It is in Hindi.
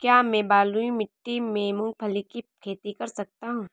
क्या मैं बलुई मिट्टी में मूंगफली की खेती कर सकता हूँ?